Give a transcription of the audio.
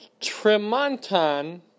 Tremonton